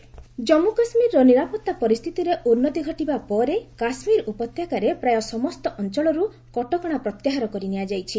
JK restriction Jammu କାଶ୍କୀରର ନିରାପତ୍ତା ପରିସ୍ଥିତିରେ ଉନ୍ନତି ଘଟିବା ପରେ କାଶ୍କୀର ଉପତ୍ୟକାର ପ୍ରାୟ ସମସ୍ତ ଅଞ୍ଚଳରୁ କଟକଣା ପ୍ରତ୍ୟାହାର କରିନିଆଯାଇଛି